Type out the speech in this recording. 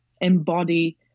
embody